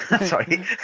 Sorry